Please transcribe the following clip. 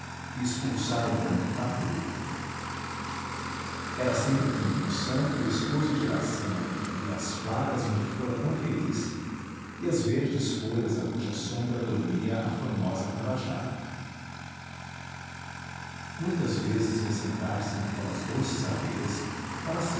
expulsar o branco tapuia era sempre com emoção que o esposo de iracema revia as plagas onde fora tão feliz e as verdes folhas a cuja sombra dormia a formosa tabajara muitas vezes ia sentar-se naquelas doces areias para